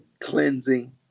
cleansing